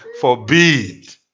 forbid